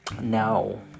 No